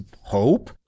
hope